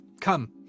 come